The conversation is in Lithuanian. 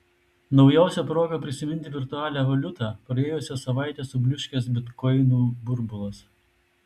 naujausia proga prisiminti virtualią valiutą praėjusią savaitę subliūškęs bitkoinų burbulas